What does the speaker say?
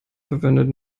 verwendet